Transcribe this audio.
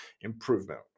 improvement